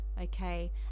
okay